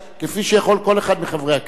כפי שיכול כל אחד מחברי הכנסת.